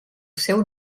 seu